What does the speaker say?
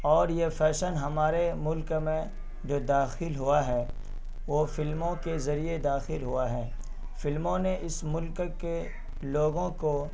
اور یہ فیشن ہمارے ملک میں جو داخل ہوا ہے وہ فلموں کے ذریعے داخل ہوا ہے فلموں نے اس ملک کے لوگوں کو